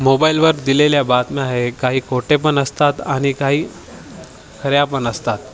मोबाईलवर दिलेल्या बातम्या हे काही ख खोटेपण असतात आणि काही खऱ्यापण असतात